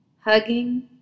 hugging